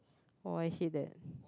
oh I hate that